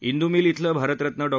Indu mill इथलं भारतरत्न डॉ